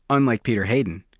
unlike peter hayden,